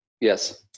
Yes